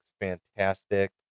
fantastic